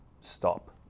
stop